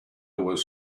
was